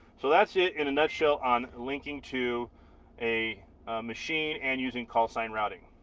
so that's it in a nutshell on linking to a machine and using callsign routing,